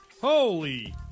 Holy